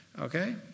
okay